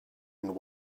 and